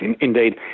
Indeed